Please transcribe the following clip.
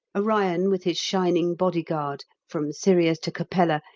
orion, with his shining bodyguard, from sirius to capella,